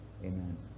Amen